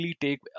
take